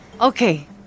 Okay